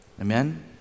amen